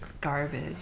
garbage